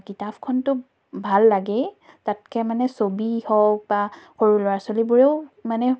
কিতাপখনটো ভাল লাগেই তাতকৈ মানে ছবি হওক বা সৰু ল'ৰা ছোৱালীবোৰেও মানে